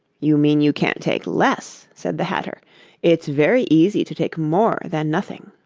you mean you can't take less said the hatter it's very easy to take more than nothing